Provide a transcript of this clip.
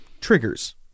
triggers